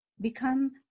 Become